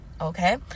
okay